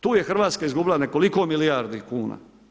Tu je Hrvatska izgubila nekoliko milijardi kuna.